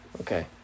Okay